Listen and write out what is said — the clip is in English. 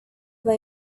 were